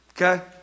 Okay